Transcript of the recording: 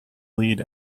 lead